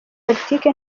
politiki